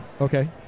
Okay